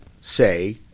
say